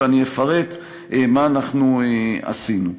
ואפרט מה עשינו.